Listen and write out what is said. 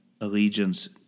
allegiance